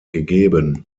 gegeben